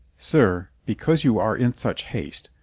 sir, because you are in such haste,